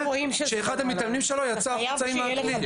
שאחד המתאמנים שלו יצא החוצה עם הכלי.